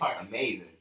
amazing